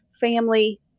family